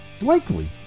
likely